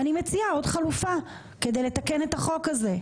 ואני מציעה עוד חלופה כדי לתקן את החוק הזה.